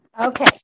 Okay